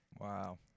Wow